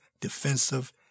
defensive